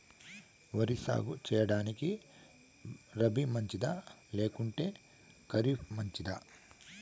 వరి సాగు సేయడానికి రబి మంచిదా లేకుంటే ఖరీఫ్ మంచిదా